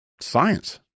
science